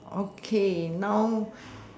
okay now